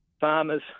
farmers